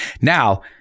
Now